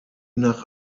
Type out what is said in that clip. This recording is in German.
nach